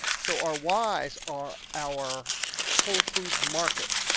so our y's are our whole foods markets.